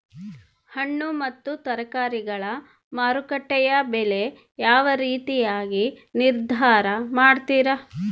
ಹಣ್ಣು ಮತ್ತು ತರಕಾರಿಗಳ ಮಾರುಕಟ್ಟೆಯ ಬೆಲೆ ಯಾವ ರೇತಿಯಾಗಿ ನಿರ್ಧಾರ ಮಾಡ್ತಿರಾ?